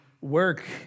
work